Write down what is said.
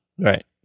right